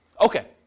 Okay